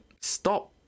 stop